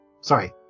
sorry